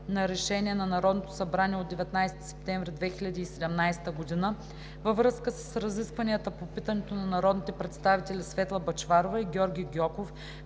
на Решение на Народното събрание от 19 септември 2017 г. във връзка с разискванията по питането на народните представители Светла Бъчварова и Георги Гьоков